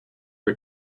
are